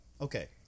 okay